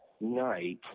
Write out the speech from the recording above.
night